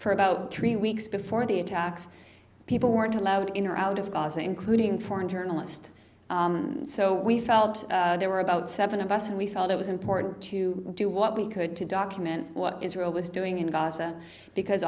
for about three weeks before the attacks people weren't allowed in or out of gaza including foreign journalist so we felt there were about seven of us and we felt it was important to do what we could to document what israel was doing in gaza because